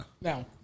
Now